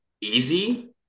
easy